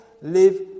live